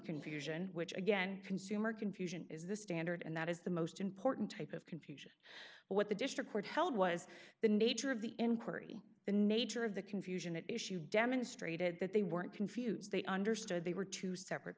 confusion which again consumer confusion is the standard and that is the most important type of what the district court held was the nature of the inquiry the nature of the confusion at issue demonstrated that they weren't confused they understood they were two separate